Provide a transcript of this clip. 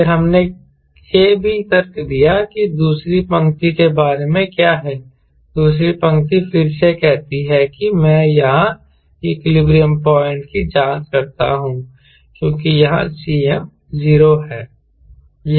फिर हमने यह भी तर्क दिया कि दूसरी पंक्ति के बारे में क्या है दूसरी पंक्ति फिर से कहती है कि मैं यहाँ इक्विलिब्रियम पॉइंट की जाँच करता हूँ क्योंकि यहाँ Cm 0 है